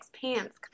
pants